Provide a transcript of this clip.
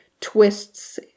twists